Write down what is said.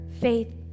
faith